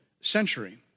century